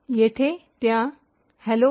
येथे त्या हॅलो